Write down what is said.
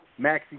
maxi